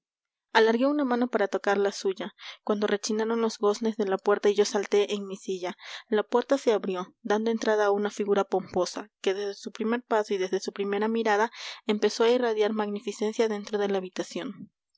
alargué una mano para tocar la suya cuando rechinaron los goznes de la puerta y yo salté en mi silla la puerta se abrió dando entrada a una figura pomposa que desde su primer paso y desde su primera mirada empezó a irradiar magnificencia dentro de la habitación